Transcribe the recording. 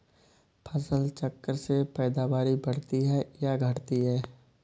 फसल चक्र से पैदावारी बढ़ती है या घटती है?